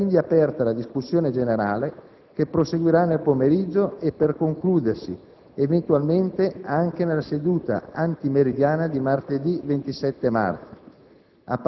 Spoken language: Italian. Sarà quindi aperta la discussione generale che proseguirà nel pomeriggio e, per concludersi, eventualmente anche nella seduta antimeridiana di martedì 27 marzo.